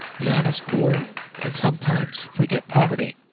the honest poor can sometimes forget poverty.